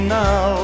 now